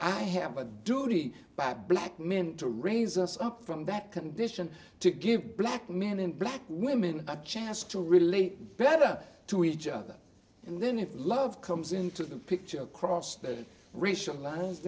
i have a duty about black men to raise us up from that condition to give black men in black women jazz to relate better to each other and then if love comes into the picture across the racial lines